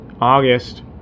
August